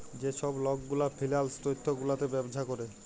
যে ছব লক গুলা ফিল্যাল্স তথ্য গুলাতে ব্যবছা ক্যরে